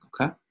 okay